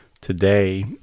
today